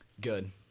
Good